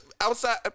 outside